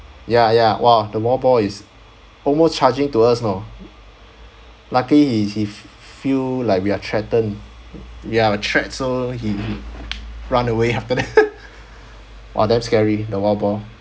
ya ya !wah! the wild boar is almost charging to us know luckily he he fe~ feel like we are threaten ya threat so he he run away after that !wah! damn scary the wild boar